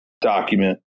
document